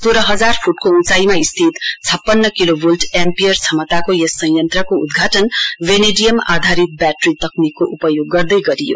सोह्र हजार फुटको उचाँईमा स्थित छपन्न किलोभोल्ट एम्पियर क्षमताको यस संयन्त्रको उद्घाटन वैनेडियम आधारित ब्याटरी तकनिकको उपयोग गर्दै गरियो